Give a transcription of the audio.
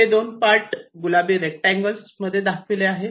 हे दोन पार्ट गुलाबी रेक्टांगल्स मध्ये दाखविले आहे